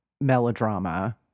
melodrama